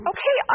Okay